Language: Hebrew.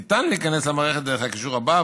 ניתן להיכנס למערכת דרך הקישור הבא,